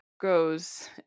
goes